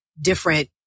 different